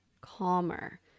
calmer